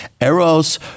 Eros